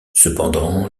cependant